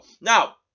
Now